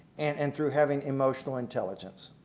and through having emotional intelligence.